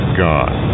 gone